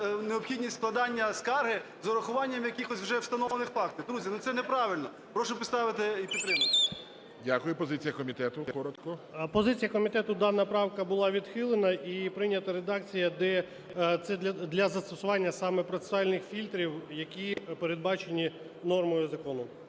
необхідність складання скарги з урахуванням якихось вже встановлених фактів? Друзі, це неправильно. Прошу поставити і підтримати. ГОЛОВУЮЧИЙ. Дякую. Позиція комітету. Коротко. 11:44:54 ПАВЛІШ П.В. Позиція комітету:дана правка була відхилена і прийнята редакція, де це для застосування саме процесуальних фільтрів, які передбачені нормою закону.